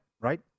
right